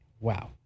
Wow